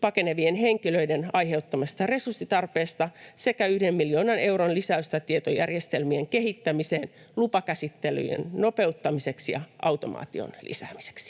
pakenevien henkilöiden aiheuttamasta resurssitarpeesta sekä 1 miljoonan euron lisäystä tietojärjestelmien kehittämiseen lupakäsittelyjen nopeuttamiseksi ja automaation lisäämiseksi.